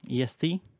EST